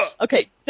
Okay